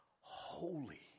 holy